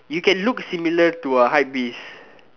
you can look similar to a hypebeast